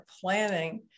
planning